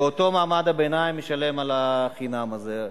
ואותו מעמד ביניים ישלם על החינם הזה,